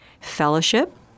fellowship